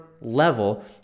level